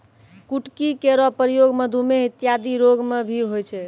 कुटकी केरो प्रयोग मधुमेह इत्यादि रोग म भी होय छै